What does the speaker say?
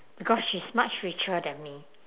because she's much richer than me